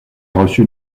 reçu